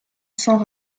sans